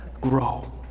grow